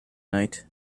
night